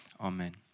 Amen